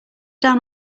down